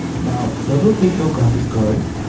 now double-click your graphics card